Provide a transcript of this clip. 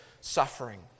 suffering